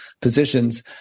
positions